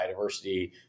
biodiversity